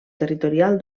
territorial